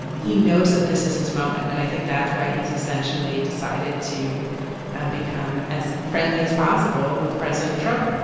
he knows that this is his moment, and i think that's why he's essentially decided to become as friendly as possible with president trump